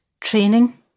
training